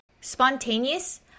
Spontaneous